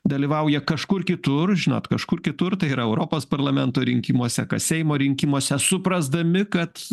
dalyvauja kažkur kitur žinot kažkur kitur tai yra europos parlamento rinkimuose kas seimo rinkimuose suprasdami kad